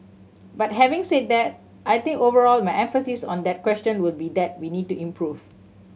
but having said that I think overall my emphasis on that question would be that we need to improve